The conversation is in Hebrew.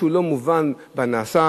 משהו לא מובן בנעשה,